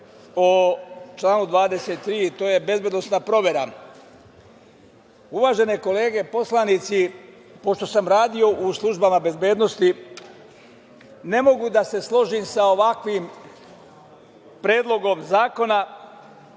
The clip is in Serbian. o članu 23. To je bezbednosna provera. Uvažene kolege poslanici, pošto sam radio u službama bezbednosti ne mogu da se složim sa ovakvim predlogom zakona